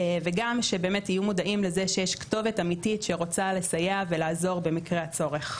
וגם שיהיו מודעים לכך שיש כתובת אמיתית שרוצה לסייע ולעזור במקרה הצורך.